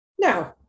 No